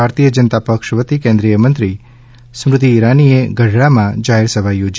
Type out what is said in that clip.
ભારતીય જનતાપક્ષ વતી કેન્રિઠાયમંત્રી સ્મૃતિ ઇરાનીએ ગઢડામાં જાહેરસભા યોજી